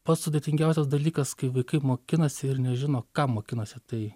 pats sudėtingiausias dalykas kai vaikai mokinasi ir nežino ką mokinasi tai